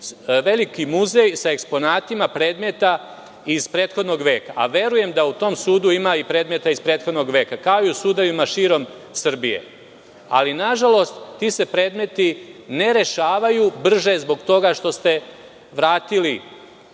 veliki muzej sa eksponatima predmeta iz prethodnog veka, a verujem da u tom sudu ima i predmeta iz prethodnog veka, kao i u sudovima širom Srbije, ali nažalost, ti predmeti se ne rešavaju brže zbog toga što ste vratili